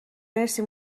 مرسی